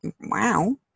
wow